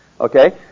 Okay